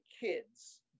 kids